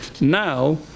now